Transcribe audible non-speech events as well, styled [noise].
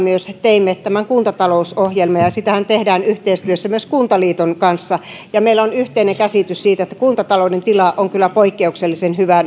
teimme myös kuntatalousohjelman sitähän tehdään yhteistyössä kuntaliiton kanssa ja meillä on yhteinen käsitys siitä että kuntatalouden tila on kyllä poikkeuksellisen hyvä [unintelligible]